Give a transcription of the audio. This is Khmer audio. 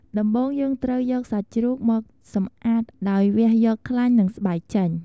ដំបូងយើងត្រូវយកសាច់ជ្រូកមកសំអាតដោយវះយកខ្លាញ់និងស្បែកចេញ។